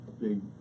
big